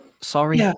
Sorry